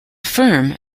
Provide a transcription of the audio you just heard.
firm